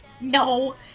No